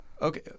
Okay